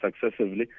successively